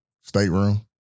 stateroom